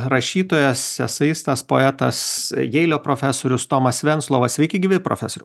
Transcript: rašytojas eseistas poetas jeilio profesorius tomas venclova sveiki gyvi profesoriau